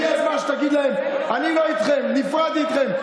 הגיע הזמן שתגיד להם: אני לא איתכם, נפרדתי מכם.